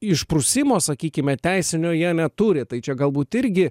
išprusimo sakykime teisinio jie turi tai čia galbūt irgi